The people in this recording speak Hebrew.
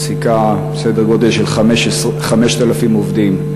מעסיקה סדר-גודל של 5,000 עובדים.